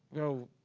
no.